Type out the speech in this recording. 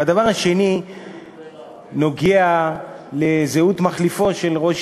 והדבר השני נוגע לזהות מחליפו של ראש